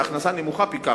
ההכנסה נמוכה פי כמה.